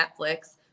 Netflix